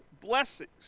blessings